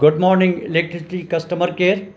good morning electricity customer care